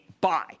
buy